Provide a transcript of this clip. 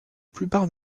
plupart